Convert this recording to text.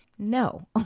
No